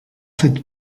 cette